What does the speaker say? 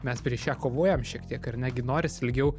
mes prieš ją kovojam šiek tiek ar ne gi norisi ilgiau